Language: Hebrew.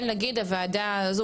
הוועדה הזאת,